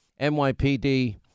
NYPD